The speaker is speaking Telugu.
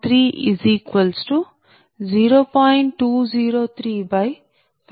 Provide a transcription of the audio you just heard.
53580